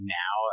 now